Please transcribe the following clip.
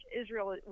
Israel